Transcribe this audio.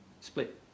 split